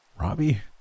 Robbie